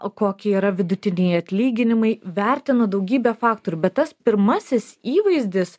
o kokie yra vidutiniai atlyginimai vertina daugybę faktorių bet tas pirmasis įvaizdis